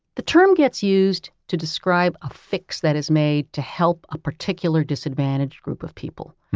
the term gets used to describe a fix that is made to help a particular disadvantaged group of people.